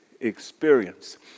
experience